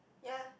ya